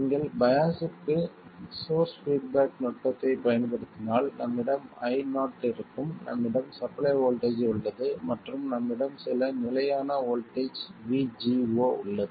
நீங்கள் பையாஸ்க்கு source feedback நுட்பத்தைப் பயன்படுத்தினால் நம்மிடம் IO இருக்கும் நம்மிடம் சப்ளை வோல்ட்டேஜ் உள்ளது மற்றும் நம்மிடம் சில நிலையான வோல்ட்டேஜ் VGO உள்ளது